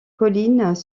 collines